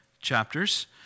chapters